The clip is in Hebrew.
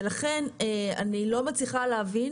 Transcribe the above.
לכן אני לא מצליחה להבין